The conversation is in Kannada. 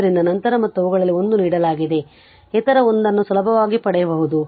ಆದ್ದರಿಂದ ನಂತರ ಮತ್ತು ಅವುಗಳಲ್ಲಿ 1 ನೀಡಲಾಗಿದೆ ಆದ್ದರಿಂದ ಇತರ 1 ಅನ್ನು ಸುಲಭವಾಗಿ ಪಡೆಯಬಹುದು